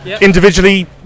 individually